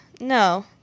no